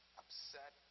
upset